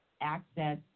access